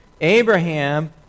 Abraham